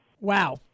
Wow